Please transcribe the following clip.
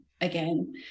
again